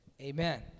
Amen